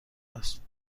است